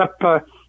up